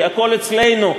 כי הכול אצלנו,